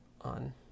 on